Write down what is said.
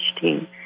team